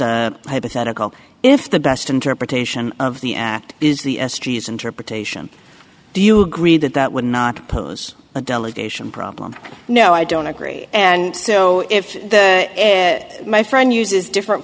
a hypothetical if the best interpretation of the act is the astri's interpretation do you agree that that would not pose a delegation problem no i don't agree and so if my friend uses different